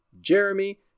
Jeremy